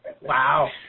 Wow